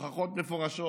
הוכחות מפורשות,